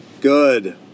Good